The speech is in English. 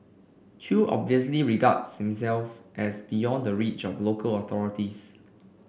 chew obviously regarded himself as beyond the reach of local authorities